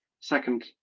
second